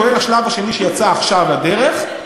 כולל השלב השני שיצא עכשיו לדרך,